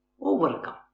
overcome